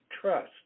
trust